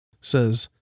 says